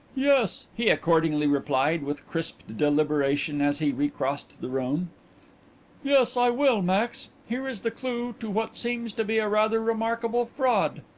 yes, he accordingly replied, with crisp deliberation, as he recrossed the room yes, i will, max. here is the clue to what seems to be a rather remarkable fraud.